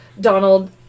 Donald